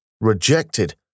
rejected